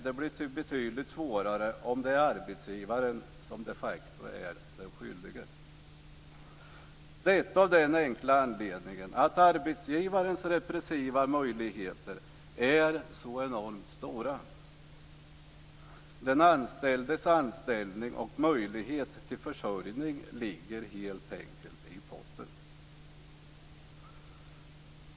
Det blir betydligt svårare om det är arbetsgivaren som de facto är den skyldige av den enkla anledningen att arbetsgivarens repressiva möjligheter är så enormt stora. Den anställdes anställning och möjlighet till försörjning ligger helt enkelt i potten.